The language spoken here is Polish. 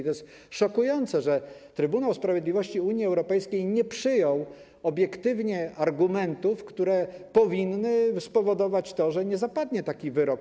To jest szokujące, że Trybunał Sprawiedliwości Unii Europejskiej nie przyjął obiektywnie argumentów, które powinny spowodować to, że nie zapadnie taki wyrok.